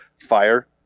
fire